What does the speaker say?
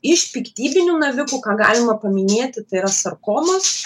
iš piktybinių navikų ką galima paminėti tai yra sarkomos